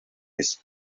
his